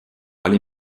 aller